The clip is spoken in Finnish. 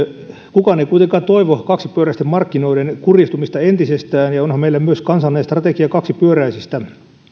kukaan ei kuitenkaan toivo kaksipyöräisten markkinoiden kurjistumista entisestään ja onhan meillä myös kansallinen strategia kaksipyöräisistä heitänkin